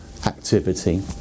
activity